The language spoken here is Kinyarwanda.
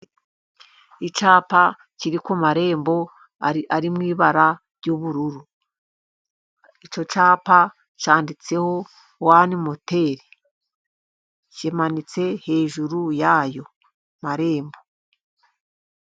Icyapa kiri ku marembo, ari mu ibara ry’ubururu. Icyo cyapa cyanditseho Wani moteri, kimanitse hejuru yayo marembo.